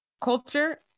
culture